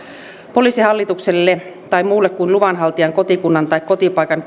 poliisihallitukselle tai muulle kuin luvan haltijan kotikunnan tai kotipaikan